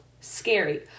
scary